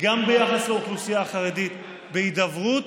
גם ביחס לאוכלוסייה החרדית: בהידברות,